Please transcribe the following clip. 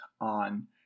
on